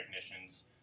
technicians